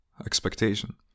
expectation